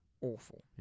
awful